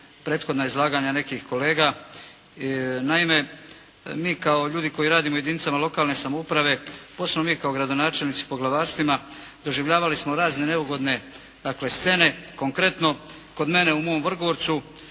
prethodna izlaganja nekih kolega. Naime, mi kao ljudi koji radimo u jedinicama lokalne samouprave, posebno mi kao gradonačelnici poglavarstvima doživljavali smo razne neugodne, dakle, scene. Konkretno. Kod mene u mom Vrgorcu